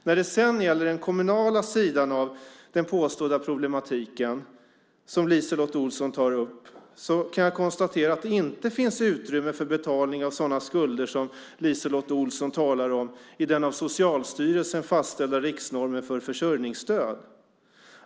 När det sedan gäller den kommunala sidan av den påstådda problematiken som LiseLotte Olsson tar upp kan jag konstatera att det inte finns utrymme för betalning av sådana skulder som LiseLotte Olsson talar om i den av Socialstyrelsen fastställda riksnormen för försörjningsstöd.